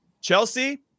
Chelsea